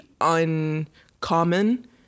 uncommon